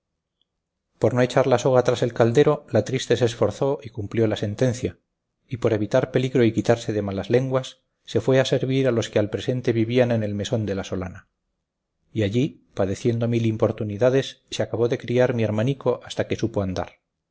por no echar la soga tras el caldero la triste se esforzó y cumplió la sentencia y por evitar peligro y quitarse de malas lenguas se fue a servir a los que al presente vivían en el mesón de la solana y allí padeciendo mil importunidades se acabó de criar mi hermanico hasta que supo andar